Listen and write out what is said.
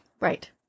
Right